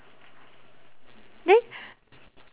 then